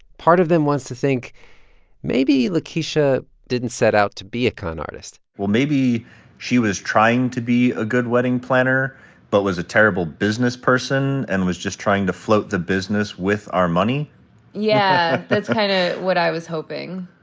part of them wants to think maybe lakeisha didn't set out to be a con artist well, maybe she was trying to be a good wedding planner but was a terrible business person and was just trying to float the business with our money yeah, that's kind of what i was hoping